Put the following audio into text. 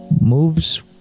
moves